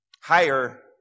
higher